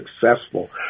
successful